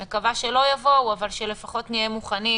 אני מקווה שלא יבואו אבל שלפחות נהיה מוכנים